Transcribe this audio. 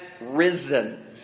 risen